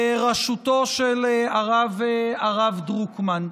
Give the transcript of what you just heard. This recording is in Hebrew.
בראשותו של הרב דרוקמן,